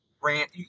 rant